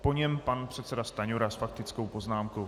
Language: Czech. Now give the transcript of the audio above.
Po něm pan předseda Stanjura s faktickou poznámkou.